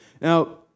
Now